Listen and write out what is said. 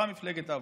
באה מפלגת העבודה,